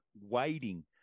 waiting